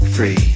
Free